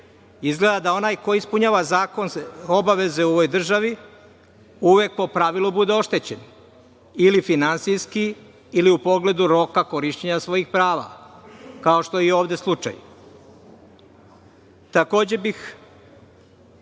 Izgleda da onaj ko ispunjava zakonske obaveze u ovoj državi uvek, po pravilu, bude oštećen ili finansijski ili u pogledu roka korišćenja svojih prava, kao što je ovde slučaj. Takođe